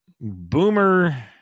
Boomer